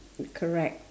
correct